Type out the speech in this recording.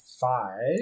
five